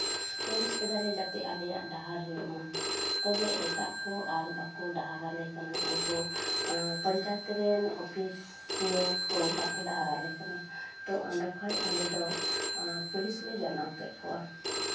ᱱᱟᱹᱞᱤᱥ ᱠᱮᱫᱟ ᱞᱮ ᱡᱟᱛᱮ ᱟᱞᱮᱭᱟᱜ ᱰᱟᱦᱟᱨ ᱦᱩᱭᱩᱜ ᱢᱟ ᱛᱚᱵᱮ ᱮᱴᱟᱜ ᱠᱚ ᱟᱨ ᱵᱟᱠᱚ ᱰᱟᱦᱟᱨ ᱟᱞᱮ ᱠᱟᱱᱟ ᱩᱱᱠᱩ ᱯᱚᱧᱪᱟᱭᱮᱛ ᱨᱮᱱ ᱚᱯᱷᱤᱥᱤᱭᱟᱞ ᱠᱚ ᱵᱟᱠᱚ ᱰᱟᱦᱟᱨ ᱟᱞᱮ ᱠᱟᱱᱟ ᱛᱳ ᱚᱸᱰᱮ ᱠᱷᱚᱡ ᱟᱞᱮᱫᱚ ᱯᱩᱞᱤᱥ ᱞᱮ ᱡᱟᱱᱟᱣ ᱠᱮᱫ ᱠᱚᱣᱟ